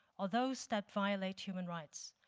or those that violate human rights.